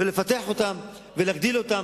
לפתח אותם ולהגדיל אותם.